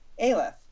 Aleph